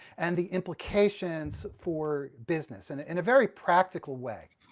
and the implications for business, and ah in a very practical way.